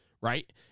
Right